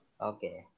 Okay